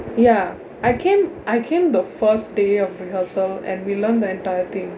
ya I came I came the first day of rehearsal and we learnt the entire thing